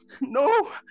no